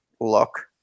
look